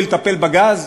הוא מנוע מלטפל בגז,